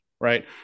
Right